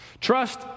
trust